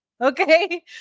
okay